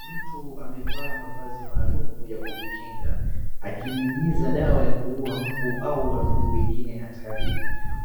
Mtu amevaa mavazi maalum ya kujikinga akinyunyiza dawa ya kuuwa mbu au wadudu wengine hatari,